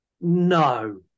no